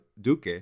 Duque